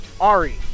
Ari